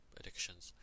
addictions